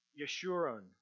Yeshurun